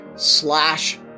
slash